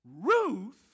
Ruth